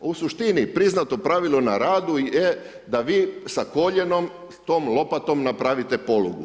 U suštini priznato pravilo na radu je da vi sa koljenom tom lopatom napravite polugu.